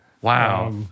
Wow